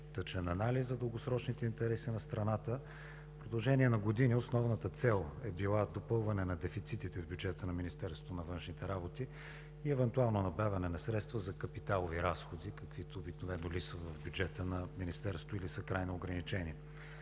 достатъчен анализ за дългосрочните интереси на страната. В продължение на години основната цел е била допълване на дефицитите в бюджета на МВнР и евентуално набавяне на средства за капиталови разходи, каквито обикновено липсват в бюджета на Министерството или са крайно ограничени.